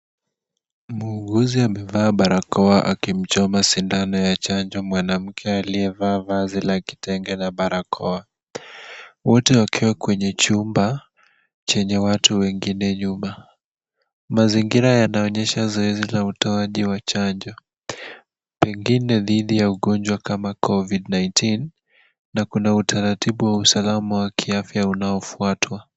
Muuguzi amevaa baraokoa akimchoma sindano ya chanjo mwanamke aliyevaa vazi la kitenge na barakoa. Wote wakiwa kwenye chumba chenye watu wengine nyuma. Mazingira yanaonyesha zoezi la utoaji wa chanjo pengine dhidi ya ugonjwa kama COVID-19 na kuna utaratibu wa usalama wa kiafya unaofuatwa.